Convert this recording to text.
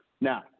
Now